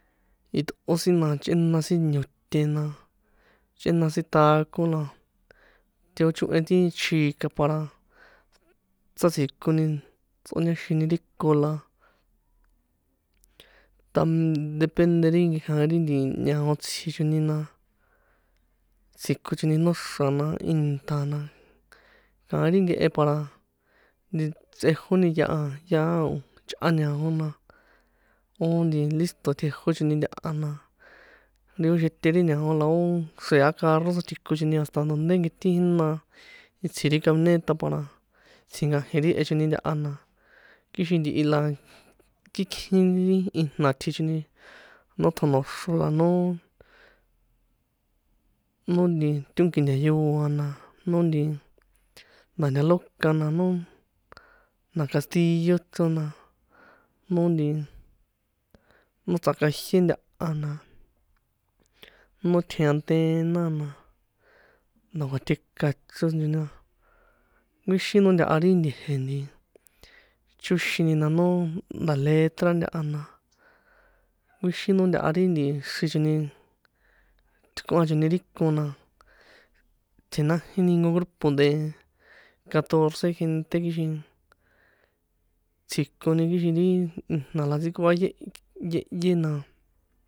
Iṭꞌo sin na chꞌena sin nio̱te̱ na, chꞌena sin taco la tjejó chohen ti chika para sátsji̱koni tsꞌóñáxini ri ko la, tan dependeri nkekja̱ín ri ña̱o tsji̱ choni na, tsji̱ko choni nóxra̱ na, ìnṭa̱ na, kaín ri nkehe para, ri tsꞌejoni ntaha yaá o̱ iyꞌá ña̱o na ó lísṭo̱ tjejó choni ntaha na ri ó xete ri ña̱o la ó xrea carrro sátjiko choni hasta donde nketi jína, itsji̱ ri camioneta para tsjinkajin ri e choni ntaha na, kixin ntihi la kíkjín ri ijna̱ tji choni, no tjo̱no̱xro la, noo no nti tonki̱ nta̱yóa na, no nti nda̱talokan na, no jna̱ castillo chro na, no nti no tsa̱kajié ntaha na, no tjen antena na, nda̱uatjeka chro choni na, nkuixi no ntaha ri nte̱je̱ nti choxini na no nda̱ letra ntaha na, nkuixin no ntaha ri ixri choni tji̱kꞌoan choni ri ko na, tjenájini jnko grupo de catorce gente kixin, tsji̱koni kixin ri ijna̱ la tsikoa yéh yéhyé na.